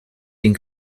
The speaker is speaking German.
den